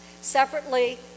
separately